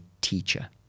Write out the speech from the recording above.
teacher